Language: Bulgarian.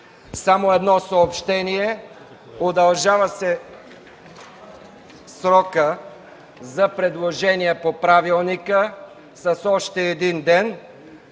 Едно съобщение: Удължава се срокът за предложения по правилника с още един ден